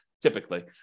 typically